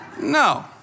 No